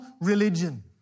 religion